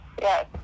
Yes